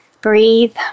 Breathe